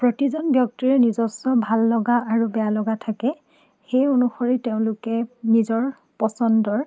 প্ৰতিজন ব্যক্তিৰে নিজস্ব ভাল লগা আৰু বেয়া লগা থাকে সেই অনুসৰি তেওঁলোকে নিজৰ পচন্দৰ